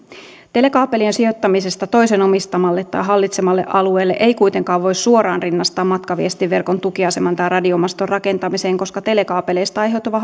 telekaapelien sijoittamista toisen omistamalle tai hallitsemalle alueelle ei kuitenkaan voi suoraan rinnastaa matkaviestinverkon tukiaseman tai radiomaston rakentamiseen koska telekaapeleista aiheutuva